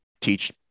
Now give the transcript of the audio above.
teach